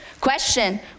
Question